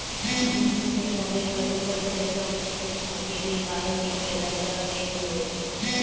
विश्व के नब्बे प्रतिशत रेशम अकेले भारत ही पैदा कर देत हवे